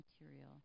material